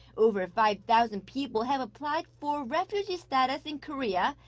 over five-thousand people have applied for refugee status in korea,